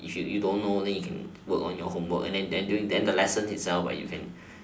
if you don't know then you can work on your homework and then during then the lesson itself you can